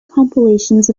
compilations